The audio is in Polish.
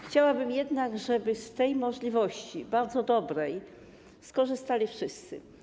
Chciałabym jednak, żeby z tej możliwości, bardzo dobrej, skorzystali wszyscy.